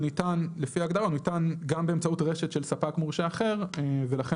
הוא ניתן לפי ההגדרה גם באמצעות רשת של ספק מורשה אחר ולכן